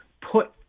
put